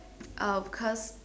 uh because